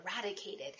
eradicated